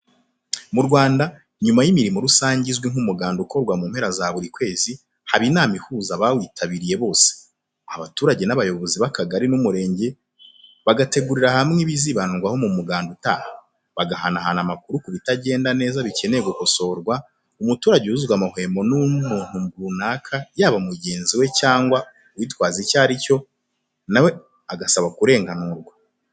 Mu Rwanda, nyuma y'imirimo rusange izwi nk'umuganda ukorwa mu mpera za buri kwezi, haba inama ihuza abawitabiriye bose, abaturage n'abayobozi b'akagali n'umurenge, bagategurira hamwe ibizibandwaho mu muganda utaha, bagahanahana amakuru ku bitagenda neza bikeneye gukosorwa, umuturage ubuzwa amahwemo n'umuntu runaka yaba mugenzi we cyangwa uwitwaza icyo ari cyo, na we agasaba kurenganurwa.